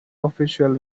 official